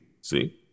See